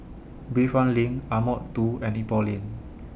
Bayfront LINK Ardmore two and Ipoh Lane